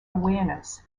awareness